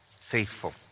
Faithful